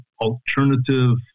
alternative